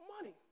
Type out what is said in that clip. money